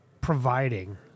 providing